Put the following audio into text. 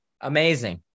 Amazing